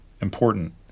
important